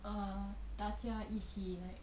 err 大家一起 like 在